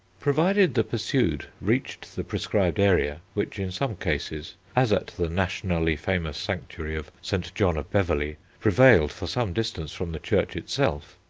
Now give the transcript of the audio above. provided the pursued reached the prescribed area, which, in some cases, as at the nationally famous sanctuary of st. john of beverley, prevailed for some distance from the church itself,